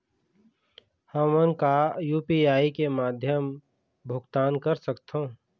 हमन का यू.पी.आई के माध्यम भुगतान कर सकथों?